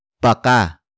Baka